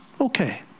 okay